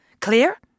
Clear